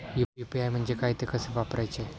UPI म्हणजे काय, ते कसे वापरायचे?